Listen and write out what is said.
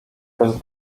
bez